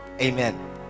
Amen